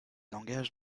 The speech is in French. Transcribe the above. langages